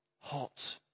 hot